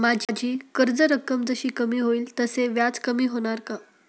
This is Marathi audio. माझी कर्ज रक्कम जशी कमी होईल तसे व्याज कमी होणार का?